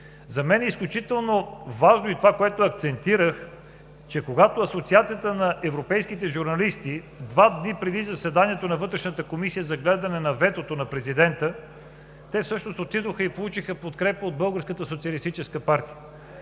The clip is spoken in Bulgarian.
За мен е изключително важно и това, на което акцентирах, че когато Асоциацията на европейските журналисти – два дни преди заседанието на Вътрешната комисия за гледане на ветото на президента, те всъщност отидоха и получиха подкрепа от Българската социалистическа партия.